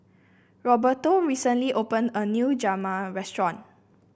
Roberto recently opened a new Restaurant